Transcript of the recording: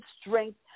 strength